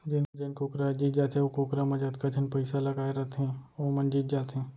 जेन कुकरा ह जीत जाथे ओ कुकरा म जतका झन पइसा लगाए रथें वो मन जीत जाथें